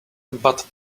but